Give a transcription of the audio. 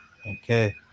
Okay